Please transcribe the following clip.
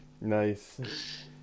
Nice